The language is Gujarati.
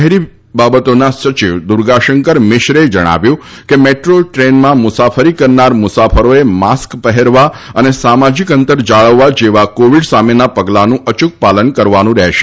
શહેરી બાબતોના સચિવ દુર્ગાશંકર મિશ્રે જણાવ્યું છે કે મેટ્રો ટ્રેનમાં મુસાફરી કરનાર મુસાફરોએ માસ્ક પહેરવા અને સામાજીક અંતર જાળવવા જેવા કોવીડ સામેના પગલાનું અયુક પાલન કરવાનું રહેશે